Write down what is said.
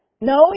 No